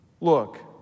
Look